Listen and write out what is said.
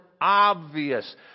obvious